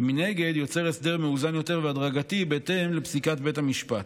ומנגד יוצר הסדר מאוזן יותר והדרגתי בהתאם לפסיקת בית המשפט.